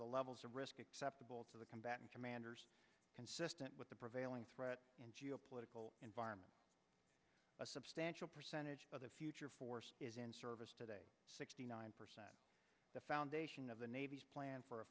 the levels of risk acceptable to the combatant commanders consistent with the prevailing threat in geopolitical environment a substantial percentage of the future force is in service today sixty nine percent the foundation of the navy's plan for a